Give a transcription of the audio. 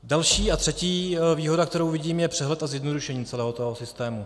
Další a třetí výhoda, kterou vidím, je přehled a zjednodušení celého toho systému.